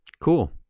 Cool